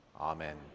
Amen